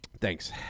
thanks